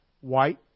white